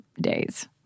days